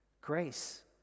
Grace